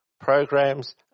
programs